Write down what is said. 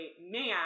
man